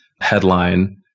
headline